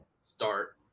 start